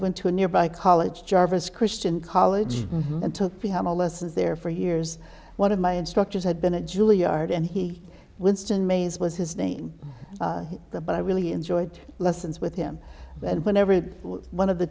went to a nearby college jarvis christian college until we had a lessons there for years one of my instructors had been a juilliard and he winston mays was his name the but i really enjoyed lessons with him and when every one of the